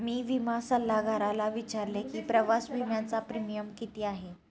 मी विमा सल्लागाराला विचारले की प्रवास विम्याचा प्रीमियम किती आहे?